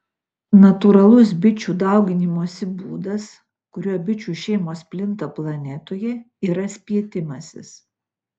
natūralus bičių dauginimosi būdas kuriuo bičių šeimos plinta planetoje yra spietimasis